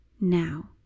now